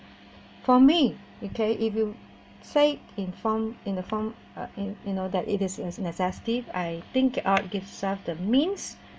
for me okay if you say in form in the form uh in you know that it is as necessity I think art give some of means